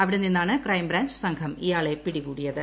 അവിടെ നിന്നാണ് ക്രൈംബ്രാഞ്ച് സംഘം ഇയാളെ പിടികൂടിയത്